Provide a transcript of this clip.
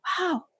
wow